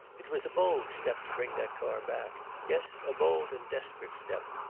it was a bold step to bring that car back yes, a bold and desperate step.